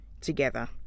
together